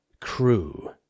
crew